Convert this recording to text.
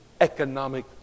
Economic